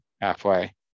halfway